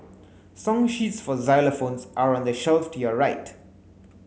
song sheets for xylophones are on the shelf to your right